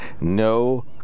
no